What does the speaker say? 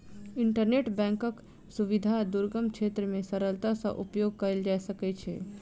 internet बैंकक सुविधा दुर्गम क्षेत्र मे सरलता सॅ उपयोग कयल जा सकै छै